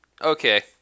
okay